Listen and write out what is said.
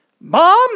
Mom